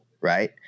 right